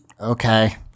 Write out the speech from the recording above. Okay